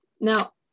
Now